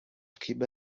kiba